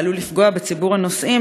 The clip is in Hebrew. העלול לפגוע בציבור הנוסעים,